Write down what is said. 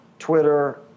Twitter